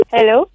Hello